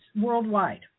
worldwide